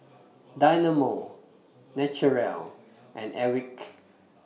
Dynamo Naturel and Airwick